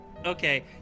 Okay